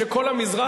שכל המזרח,